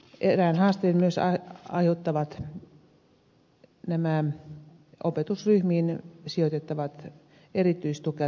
erään haasteen myös aiheuttavat opetusryhmiin sijoitettavat erityistukea tarvitsevat oppilaat